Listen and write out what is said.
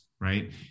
right